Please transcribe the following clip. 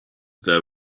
there